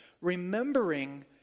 Remembering